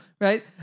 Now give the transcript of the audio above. right